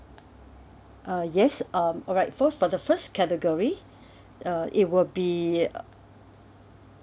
uh yes um alright so for the first category uh it will be uh